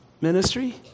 ministry